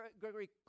Gregory